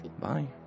Bye